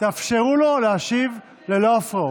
תאפשרו לו להשיב ללא הפרעות.